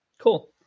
Cool